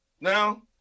now